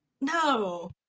no